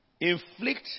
Inflict